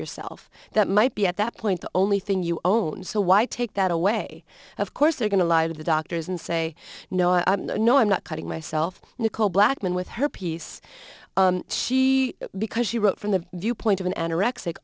yourself that might be at that point the only thing you own so why take that away of course they're going to lie to the doctors and say no i know i'm not cutting myself nicole blackman with her piece she because she wrote from the viewpoint of an anorexic